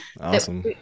awesome